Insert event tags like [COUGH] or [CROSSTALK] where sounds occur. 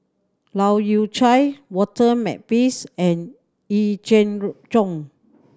Leu Yew Chye Walter Makepeace and Yee Jenn Road [UNINTELLIGIBLE]